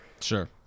Sure